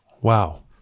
Wow